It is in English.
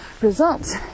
results